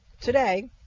today